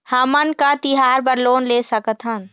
हमन का तिहार बर लोन ले सकथन?